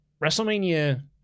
wrestlemania